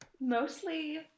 mostly